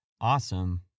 awesome